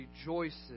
Rejoices